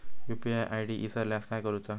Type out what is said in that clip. UPI ID इसरल्यास काय करुचा?